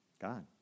God